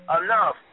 enough